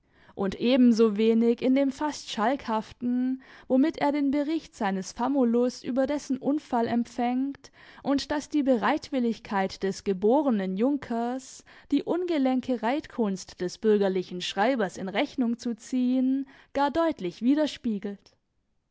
und ebensowenig in dem fast schalkhaften womit er den bericht seines famulus über dessen unfall empfängt und das die bereitwilligkeit des geborenen junkers die ungelenke reitkunst des bürgerlichen schreibers in rechnung zu ziehen gar deutlich widerspiegelt